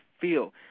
feel